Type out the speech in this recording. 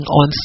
on